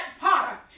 potter